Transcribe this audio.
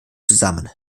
zusammen